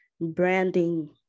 branding